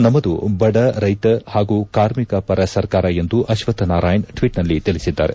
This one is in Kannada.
ನಮ್ಮದು ಬಡ ರೈತ ಹಾಗೂ ಕಾರ್ಮಿಕ ಪರ ಸರ್ಕಾರ ಎಂದು ಅಶ್ವತ್ ನಾರಾಯಣ್ ಟ್ವೀಟ್ ನಲ್ಲಿ ತಿಳಿಸಿದ್ದಾರೆ